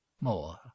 more